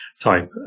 type